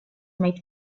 might